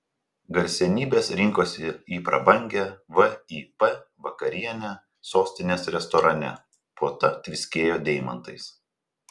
garsenybės rinkosi į prabangią vip vakarienę sostinės restorane puota tviskėjo deimantais